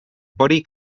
body